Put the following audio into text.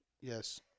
Yes